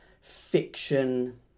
fiction